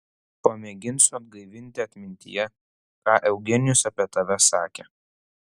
pamėginsiu atgaivinti atmintyje ką eugenijus apie tave sakė